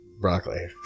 broccoli